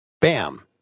bam